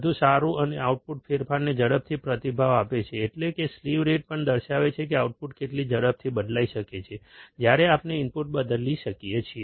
વધુ સારું અને આઉટપુટ ફેરફારોને ઝડપી પ્રતિભાવ આપે છે એટલે કે સ્લીવ રેટ પણ દર્શાવે છે કે આઉટપુટ કેટલી ઝડપથી બદલાઈ શકે છે જ્યારે આપણે ઇનપુટ બદલીએ છીએ